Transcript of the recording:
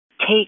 take